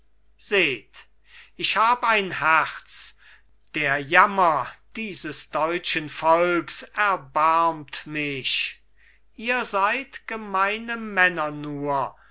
seht ich hab ein herz der jammer dieses deutschen volks erbarmt mich ihr seid gemeine männer nur